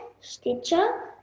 Stitcher